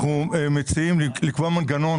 אנחנו מציעים לקבוע מנגנון